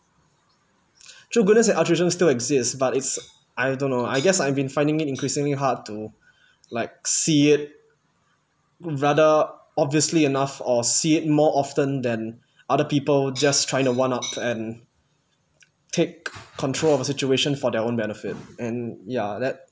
true goodness and altruition still exist but it's I don't know I guess I've been finding it increasingly hard to like see it rather obviously enough or see it more often than other people just trying to one up and take control of a situation for their own benefit and yeah that